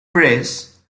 press